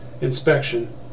inspection